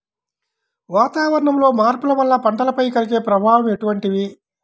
వాతావరణంలో మార్పుల వల్ల పంటలపై కలిగే ప్రభావం ఎటువంటిది?